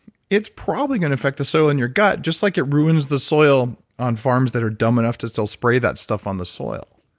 it's probably going to affect the soil in your gut just like it ruins the soil on farms that are dumb enough to still spray that stuff on the soil